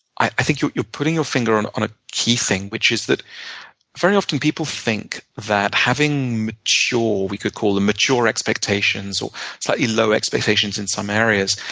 i think you're putting your finger and on a key thing, which is that very often, people think that having mature we could call them mature expectations, or slightly low expectations in some areas